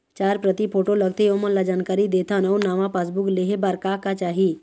चार प्रति फोटो लगथे ओमन ला जानकारी देथन अऊ नावा पासबुक लेहे बार का का चाही?